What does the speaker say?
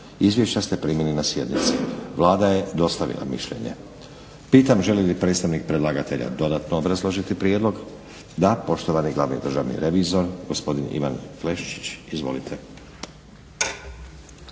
Izvješća ste primili na sjednici. Vlada je dostavila mišljenje. Pitam želi li predstavnika dodatno obrazložiti prijedlog. Da. Poštovani glavni državni revizor gospodin Ivan Klešič. Izvolite.